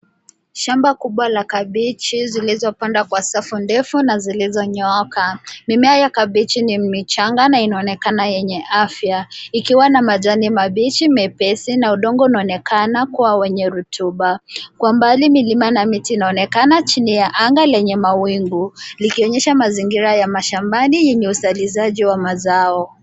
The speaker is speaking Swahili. Shamba kubwa la kabeji zilizopadwa kwa safu defu na zilizonyooka. Mimea ya kabeji ni michanga na inaonekana yenye afya ikiwa na majani mabichi mepesi na udogo unaonekana kuwa wenye rotuba. Kwa mbali milima na miti inaonekana chini ya anga lenye mawigu likionyesha mazigira ya mashabani yenye uzalishaji wa mazao.